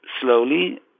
slowly